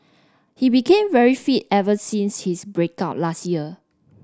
he became very fit ever since his break up last year